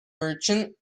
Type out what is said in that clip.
merchant